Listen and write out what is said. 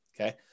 okay